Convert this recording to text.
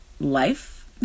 life